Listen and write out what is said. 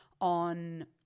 on